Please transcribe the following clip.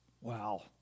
Wow